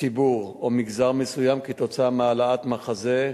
ציבור או מגזר מסוים כתוצאה מהעלאת מחזה,